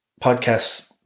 Podcasts